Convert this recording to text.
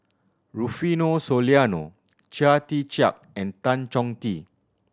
Rufino Soliano Chia Tee Chiak and Tan Chong Tee